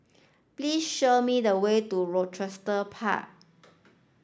please show me the way to Rochester Park